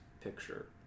Picture